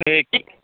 ए